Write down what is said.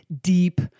deep